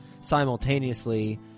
simultaneously